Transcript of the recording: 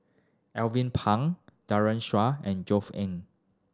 Alvin Pang Daren Shiau and Josef Ng